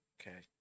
Okay